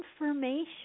Information